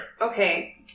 Okay